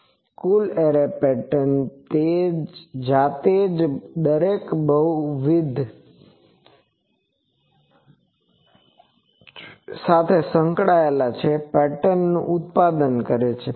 ઉપરાંત કુલ array pattern તે જાતે જ દરેક બહુવિધ સાથે સંકળાયેલ પેટર્ન નું ઉત્પાદન છે